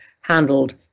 handled